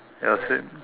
ya same